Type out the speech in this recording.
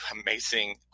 amazing